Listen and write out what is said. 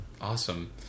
awesome